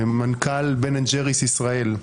מנכ"ל בן אנד ג'ריס ישראל.